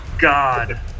God